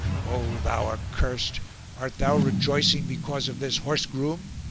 o thou accursed, art thou rejoicing because of this horse-groom,